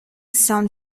sound